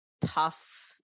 tough